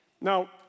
Now